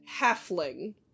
halfling